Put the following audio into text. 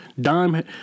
Dime